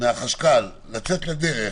מהחשכ"ל לצאת לדרך